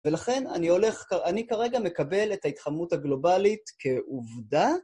ולכן אני הולך, אני כרגע מקבל את ההתחממות הגלובלית כעובדה.